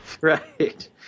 right